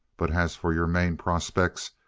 but as for your main prospects,